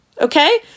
okay